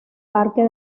parque